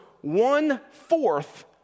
one-fourth